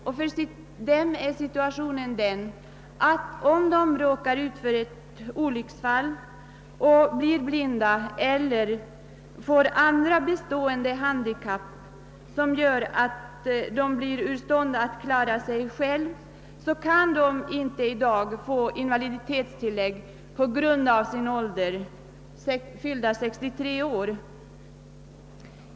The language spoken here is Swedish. Om sådana personer råkar ut för ett olycksfall och blir blinda eller får andra bestående handikapp som gör att de blir ur stånd att klara sig själva kan de i dag på grund av sin ålder inte få invaliditetstillägg.